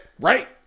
Right